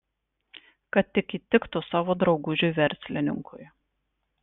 kad tik įtiktų savo draugužiui verslininkui